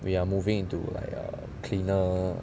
we are moving into like a cleaner